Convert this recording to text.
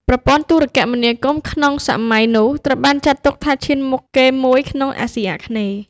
ប្រព័ន្ធទូរគមនាគមន៍ក្នុងសម័យនោះត្រូវបានចាត់ទុកថាឈានមុខគេមួយក្នុងអាស៊ីអាគ្នេយ៍។